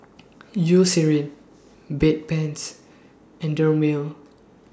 Eucerin Bedpans and Dermale